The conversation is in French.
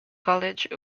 college